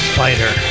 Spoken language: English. Spider